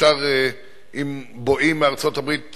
ישר עם בואי מארצות-הברית,